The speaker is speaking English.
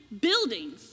Buildings